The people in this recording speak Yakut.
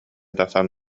тахсан